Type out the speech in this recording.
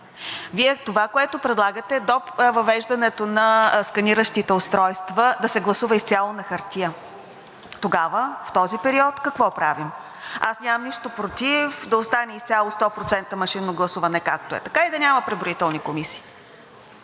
Това, което Вие предлагате, е до въвеждането на сканиращите устройства да се гласува изцяло на хартия. Тогава, в този период, какво правим? Аз нямам нищо против да оставим изцяло 100% машинно гласуване, както е, и да няма преброителни комисии.